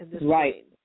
Right